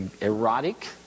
erotic